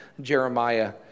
Jeremiah